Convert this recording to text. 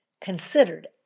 considered